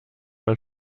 man